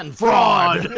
and fraud!